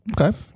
Okay